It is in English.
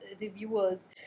reviewers